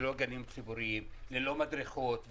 ללא גנים ציבוריים וללא מדרכות,